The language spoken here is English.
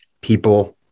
people